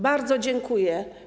Bardzo dziękuję.